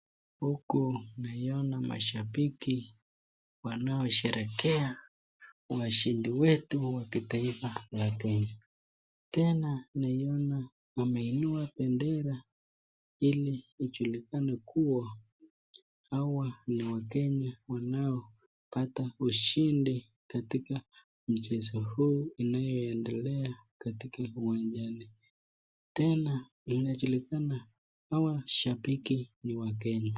Huku naiona mashabiki wanaosherekea washindi wetu wa kitaifa ya Kenya. Tena naiona wamebeba bendera ili ijulikane kuwa hawa ni wakenya wanaopata ushindi katika mchezo huu inayoendelea katika uwanjani. Tena inajulikana hawa shabiki ni wakenya.